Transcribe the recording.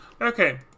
Okay